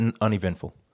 uneventful